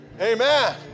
amen